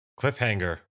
cliffhanger